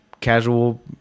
casual